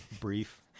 brief